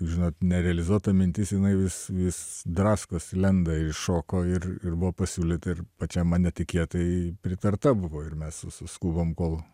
žinot nerealizuota mintis jinai vis vis draskosi lenda iššoko ir ir buvo pasiūlyta ir pačiam man netikėtai pritarta buvo ir mes suskubom kol